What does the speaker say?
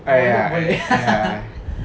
ah ya ya ya